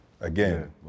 again